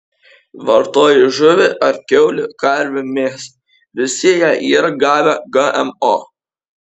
vartoji žuvį ar kiaulių karvių mėsą visi jie yra gavę gmo